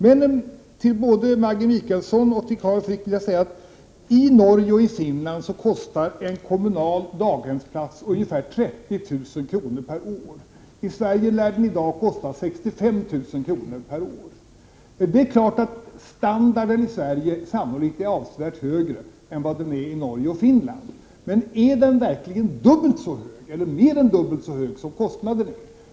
Men jag vill till både Maggi Mikaelsson och Carl Frick säga att en kommunal daghemsplats i Norge och Finland kostar ungefär 30 000 kr. per år. I Sverige lär en sådan i dag kosta 65 000 kr. perår. Det är klart att standarden sannolikt är avsevärt högre i Sverige än vad den är i Norge och Finland. Men är den verkligen dubbelt så hög, eller mer än dubbelt så hög i likhet med kostnaden?